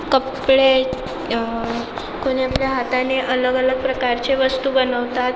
कपडे कोणी आपल्या हाताने अलग अलग प्रकारचे वस्तू बनवतात